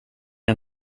jag